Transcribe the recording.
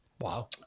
wow